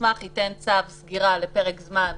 המוסמך ייתן צו סגירה לפרק זמן קצר,